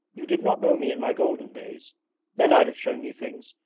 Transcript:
you did not know me in my golden days then i'd have shown you things.